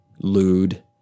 lewd